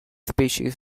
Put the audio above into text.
species